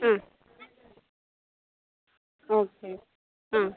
ആ ഓക്കെ ആ